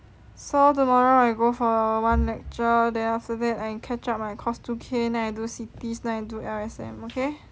so tomorrow I go for one lecture then after that I catch up my course two K then I do cities then I do L_S_M okay